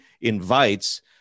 invites